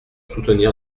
soutenir